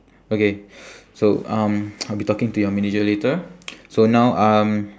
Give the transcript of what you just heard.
okay so um I'll be talking to your manager later so now um